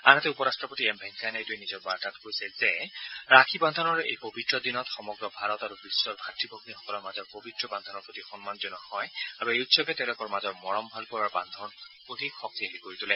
আনহাতে উপ ৰাষ্ট্ৰপতি এম ভেংকায়া নাইডুৱে নিজৰ বাৰ্তাত কৈছে যে ৰাখী বান্ধোনৰ এই পৱিত্ৰ দিনত সমগ্ৰ ভাৰত আৰু বিশ্বৰ ভাতৃ ভগ্নীসকলৰ মাজৰ পৱিত্ৰ বান্ধোনৰ প্ৰতি সন্মান জনোৱা হয় আৰু এই উৎসৱে তেওঁলোকৰ মাজৰ মৰম ভালপোৱাৰ বান্ধোন অধিক শক্তিশালী কৰি তোলে